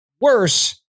worse